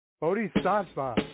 Bodhisattva